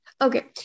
Okay